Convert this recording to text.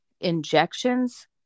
injections